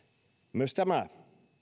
myös tämä